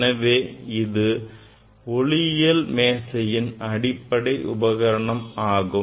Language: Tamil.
எனவே இது ஒளியியல் மேசையின் அடிப்படை உபகரணம் ஆகும்